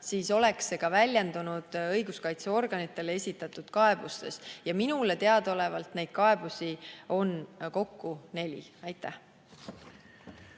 siis oleks see ka väljendunud õiguskaitseorganitele esitatud kaebustes. Minule teadaolevalt on neid kaebusi kokku neli. Aitäh!